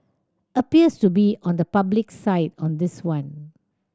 appears to be on the public's side on this one